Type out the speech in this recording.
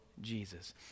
Jesus